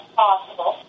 possible